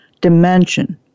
dimension